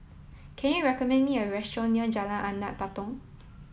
can you recommend me a restaurant near Jalan Anak Patong